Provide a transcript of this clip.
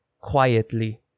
quietly